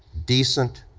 decent,